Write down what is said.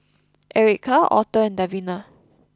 Ericka Authur and Davina